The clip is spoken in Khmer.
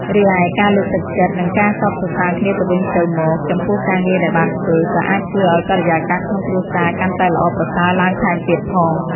រីឯ ការលើកទឹកចិត្ត និងការកោតសរសើរគ្នាទៅវិញទៅមកចំពោះការងារដែលបានធ្វើ ក៏អាចជួយឲ្យបរិយាកាសក្នុងគ្រួសារកាន់តែល្អប្រសើរឡើងថែមទៀតផង។